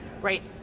right